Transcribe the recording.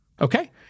Okay